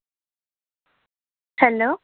hello